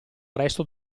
resto